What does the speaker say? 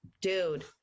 dude